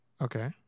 Okay